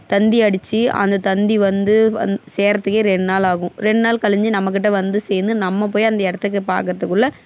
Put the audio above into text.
தந்தி அடித்து அந்த தந்தி வந்து சேர்கிறதுக்கே ரெண்டு நாள் ஆகும் ரெண்டு நாள் கழிஞ்சு நம்மக்கிட்டே வந்து சேர்ந்து நம்ம போய் அந்த இடத்துக்கு பாக்கிறதுக்குள்ள